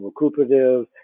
recuperative